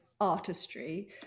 artistry